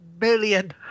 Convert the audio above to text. million